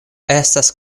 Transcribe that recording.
estas